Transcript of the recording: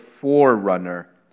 forerunner